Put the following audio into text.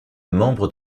membres